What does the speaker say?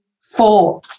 four